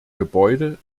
gebäude